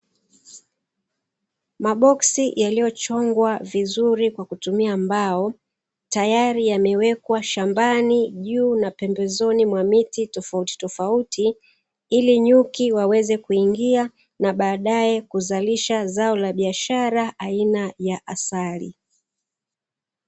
Maboksi yaliyochongwa vizuri kwa kutumia mbao yametegwa ili nyuki waingie watengeneze zao la asali